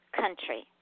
country